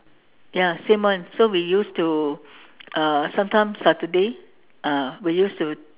ya same one so we used to uh sometimes Saturday ah we used to